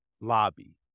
lobby